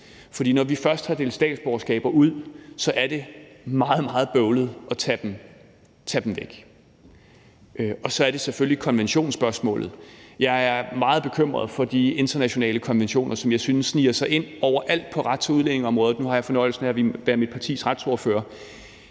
For når vi først har delt statsborgerskaber ud, er det meget, meget bøvlet at tage dem væk. Og så er det selvfølgelig konventionsspørgsmålet. Jeg er meget bekymret for de internationale konventioner, som jeg synes sniger sig ind overalt på rets- og udlændingeområdet. Nu har jeg fornøjelsen af at være mit partis retsordfører,